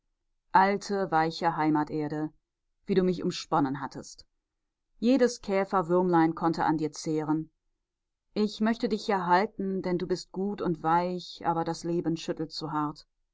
alte weiche heimaterde wie du mich umsponnen hattest jedes käferwürmlein konnte an dir zehren ich möchte dich ja halten denn du bist gut und weich aber das leben schüttelt zu hart